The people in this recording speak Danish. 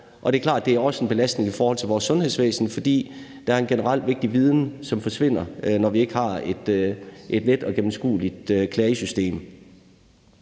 at det også er en belastning i forhold til vores sundhedsvæsen, for der er en generelt vigtig viden, som forsvinder, når vi ikke har et let og gennemskueligt klagesystem.